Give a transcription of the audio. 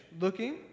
looking